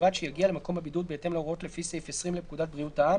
ובלבד שיגיע למקום הבידוד בהתאם להוראות לפי סעיף 20 לפקודת בריאות העם